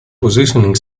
positioning